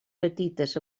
petites